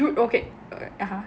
dude okay